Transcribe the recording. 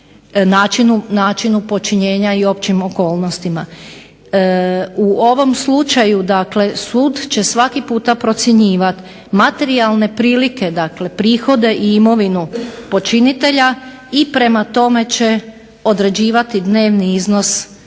načinu počinjenja i općim okolnostima. U ovom slučaju sud će svaki puta procjenjivati materijalne prihode dakle prihode i imovinu počinitelja i prema tome određivati dnevni iznos kazne